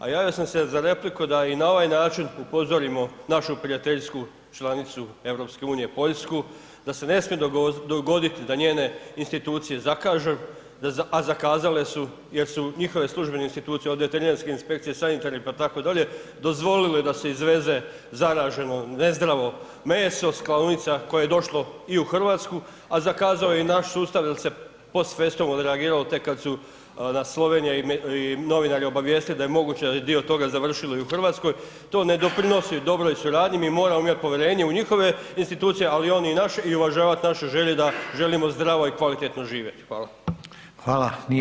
A javio sam se za repliku da i na ovaj način upozorimo našu prijateljsku članicu EU Poljsku da se ne smije dogoditi da njene institucije zakažu a zakazale su jer su njihove službene institucije od veterinarske inspekcije, sanitarne itd., dozvolile da se izveze zaraženo nezdravo meso sa klaonica koje je došlo i u Hrvatsku a zakazao je i naš sustav jer se post festum odreagiralo tek kada su nas Slovenija i novinari obavijestili da je moguće da je dio toga završilo i u Hrvatskoj to ne doprinosi dobroj suradnji, mi moramo imati povjerenje u njihove institucije ali i oni u naše i uvažavati naše želje da želimo zdravo i kvalitetno živjeti.